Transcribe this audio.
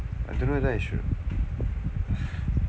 I don't know whether I should